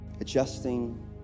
Adjusting